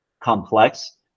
complex